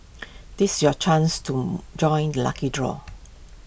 this your chance to join lucky draw